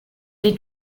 est